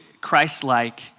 Christ-like